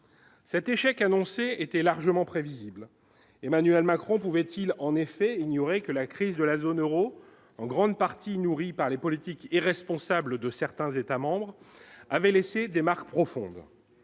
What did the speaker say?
cet échec annoncé était largement prévisible, Emmanuel Macron, pouvait-il en effet ignorer que la crise de la zone Euro en grande partie, nourrie par les politiques irresponsables de certains États-membres avait laissé des marques profondes